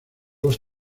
los